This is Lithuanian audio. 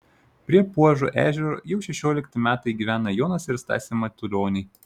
prie puožo ežero jau šešiolikti metai gyvena jonas ir stasė matulioniai